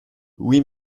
oui